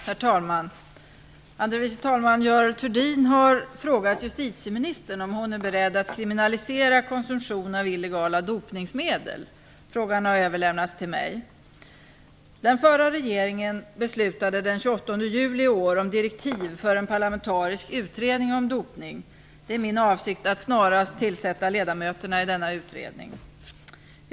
Herr talman! Andre vice talman Görel Thurdin har frågat justitieministern om hon är beredd att kriminalisera konsumtion av illegala dopningsmedel. Frågan har överlämnats till mig. Den förra regeringen beslutade den 28 juli i år om direktiv för en parlamentarisk utredning om dopning. Det är min avsikt att snarast tillsätta ledamöterna i denna utredning.